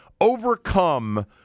overcome